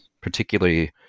particularly